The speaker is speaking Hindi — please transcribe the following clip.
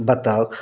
बतख